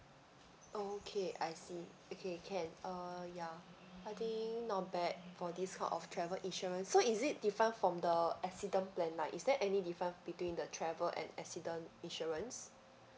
okay I see okay can uh ya I think not bad for this kind of travel insurance so is it different from the accident plan like is there any difference between the travel and accident insurance